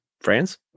France